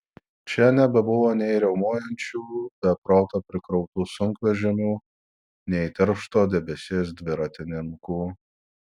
čia nebebuvo nei riaumojančių be proto prikrautų sunkvežimių nei tiršto debesies dviratininkų